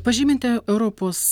pažyminti europos